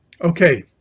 okay